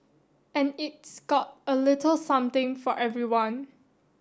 and it's got a little something for everyone